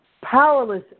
powerless